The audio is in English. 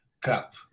Cup